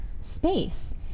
space